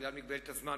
בגלל מגבלת הזמן,